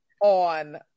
on